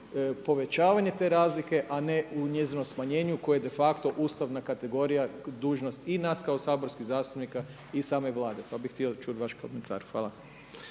povećavanja te razlike, a ne u njezinom smanjenju koje de facto ustavna kategorija dužnost i nas kao saborskih zastupnika i same Vlade, pa bih htio čuti vaš komentar. Hvala.